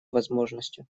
возможностью